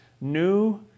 new